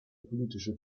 politische